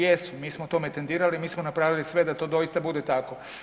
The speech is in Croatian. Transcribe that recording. Jesu, mi smo tome tendirali, mi smo napravili sve da to doista bude tako.